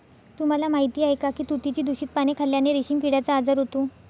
तुम्हाला माहीत आहे का की तुतीची दूषित पाने खाल्ल्याने रेशीम किड्याचा आजार होतो